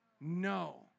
No